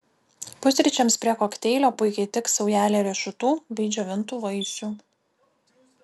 pusryčiams prie kokteilio puikiai tiks saujelė riešutų bei džiovintų vaisių